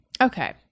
Okay